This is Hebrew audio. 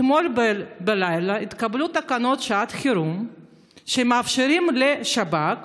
אתמול בלילה התקבלו תקנות שעת חירום שמאפשרות לשב"כ